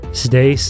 stay